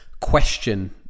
question